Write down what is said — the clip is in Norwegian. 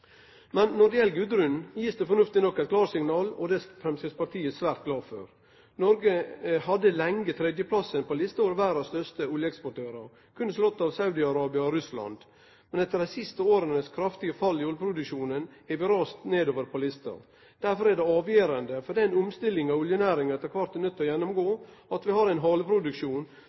Men når det gjeld Gudrun, gis det fornuftig nok eit klarsignal, og det er Framstegspartiet svert glad for. Noreg hadde lenge tredjeplassen på lista over verdas største oljeeksportørar, berre slått av Saudi-Arabia og Russland. Men etter dei siste åras kraftige fall i oljeproduksjonen har vi rast nedover på lista. Derfor er det avgjerande for den omstillinga oljenæringa etter kvart er nøydd til å gjennomgå, at vi har